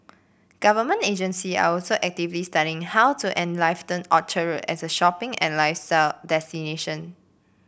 government agency are also actively studying how to enliven Orchard Road as a shopping and lifestyle destination